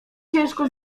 ciężko